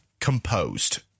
composed